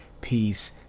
peace